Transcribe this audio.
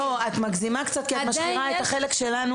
את מגזימה קצת כי את משחירה את החלק שלנו